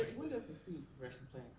when does the student progression plan